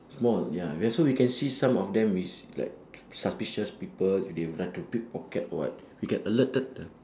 small ya we are so we can see some of them is like suspicious people if they try to pickpocket or what we can alerted the